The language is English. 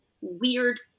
weird